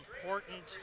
important